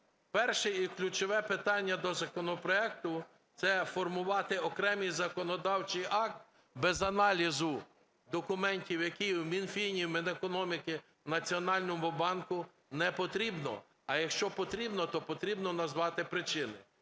Перше і ключове питання до законопроекту – це формувати окремий законодавчий акт без аналізу документів, які в Мінфіні, Мінекономіки, Національному банку, не потрібно. А якщо потрібно, то потрібно назвати причину.